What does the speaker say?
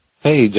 Hey